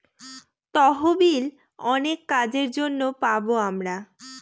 তহবিল অনেক কাজের জন্য পাবো আমরা